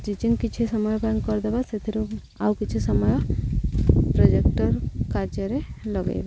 stitching କିଛି ସମୟ ପାଇଁ କରିଦେବା ସେଥିରୁ ଆଉ କିଛି ସମୟ ପ୍ରୋଜେକ୍ଟର୍ କାର୍ଯ୍ୟରେ ଲଗେଇବା